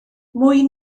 mwy